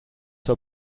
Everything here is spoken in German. zur